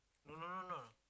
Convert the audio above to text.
no no no no